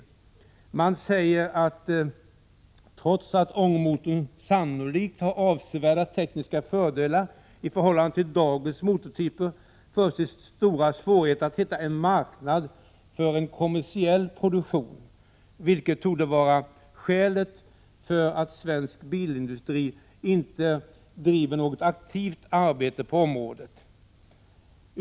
Utskottsmajoriteten säger vidare: ”Trots ångmotorernas sannolikt avsevärda tekniska fördelar i förhållande till dagens motortyper förutses stora svårigheter att hitta en marknad för en kommersiell produktion, vilket också torde vara skälet till att svensk bilindustri inte driver något aktivt arbete på området.